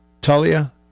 Talia